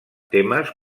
temes